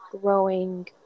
growing